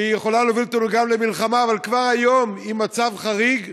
שהיא יכולה להוביל אותנו גם למלחמה אבל כבר היום היא מצב חריג,